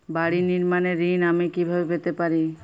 বাড়ি নির্মাণের ঋণ আমি কিভাবে পেতে পারি?